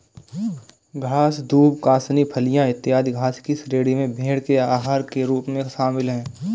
घास, दूब, कासनी, फलियाँ, इत्यादि घास की श्रेणी में भेंड़ के आहार के रूप में शामिल है